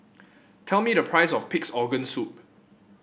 tell me the price of Pig's Organ Soup